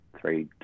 three